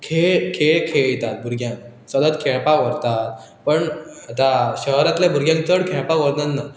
खेळ खेळ खेळयतात भुरग्यांक सदत खेळपाक व्हरतात पण आतां शहरांतल्या भुरग्यांक चड खेळपाक व्हरन ना